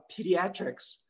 Pediatrics